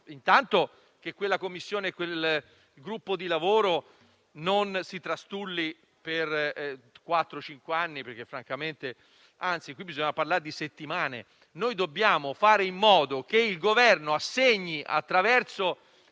intanto che quella Commissione, quel gruppo di lavoro, non si trastulli per quattro o cinque anni. Anzi, qui bisogna parlare di settimane: dobbiamo fare in modo che il Governo assegni, attraverso